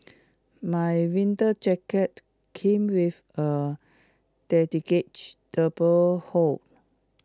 my winter jacket came with A hood